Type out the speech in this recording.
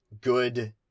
good